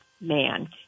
man